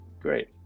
Great